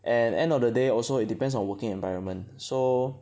and end of the day also it depends on working environment so